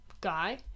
guy